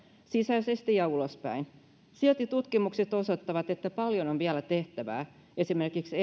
sisäisesti ja ulospäin silti tutkimukset osoittavat että paljon on vielä tehtävää esimerkiksi